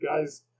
guys